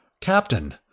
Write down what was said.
Captain